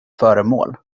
föremål